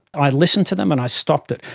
i listened to them and i stopped it.